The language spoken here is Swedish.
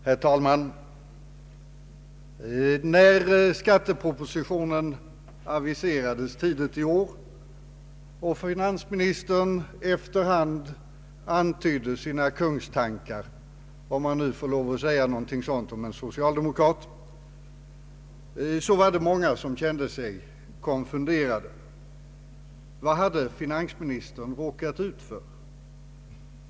Herr talman! När skattepropositionen aviserades tidigt i våras och finansministern efter hand antydde sina kungstankar — om nu ett sådant uttryck kan tillåtas om en socialdemokrat — var det många som kände sig konfunderade. Vad hade finansministern råkat ut för?